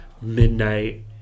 midnight